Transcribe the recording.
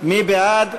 מי בעד?